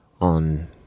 on